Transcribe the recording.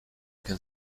can